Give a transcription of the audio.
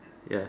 ya